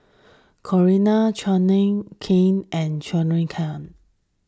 Coriander Chutney Kheer and Jingisukan